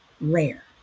rare